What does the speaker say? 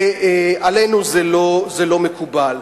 ועלינו זה לא מקובל.